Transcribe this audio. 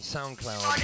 SoundCloud